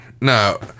No